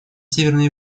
северной